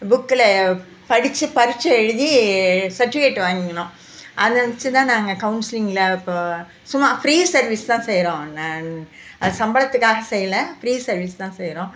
புக்கில் படிச்சு பரீட்சை எழுதி சர்டிஃபிகேட் வாங்கணும் அதை வச்சு தான் கவுன்சிலிங்களை இப்போ சும்மா ஃப்ரீ சர்வீஸ் தான் செய்யறோம் நான் சம்பளத்துக்காக செய்யலைப் ஃப்ரீ சர்வீஸ் தான் செய்யறோம்